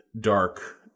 dark